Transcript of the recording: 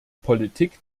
politik